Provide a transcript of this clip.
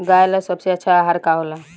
गाय ला सबसे अच्छा आहार का होला?